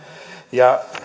ja